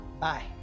Bye